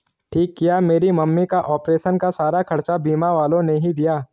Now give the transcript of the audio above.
ठीक किया मेरी मम्मी का ऑपरेशन का सारा खर्चा बीमा वालों ने ही दिया